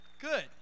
Good